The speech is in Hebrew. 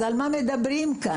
אז על מה מדברים כאן?